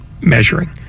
measuring